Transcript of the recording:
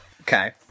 Okay